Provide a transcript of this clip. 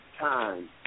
time